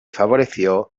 favoreció